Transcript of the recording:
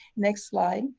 next slide.